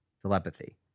telepathy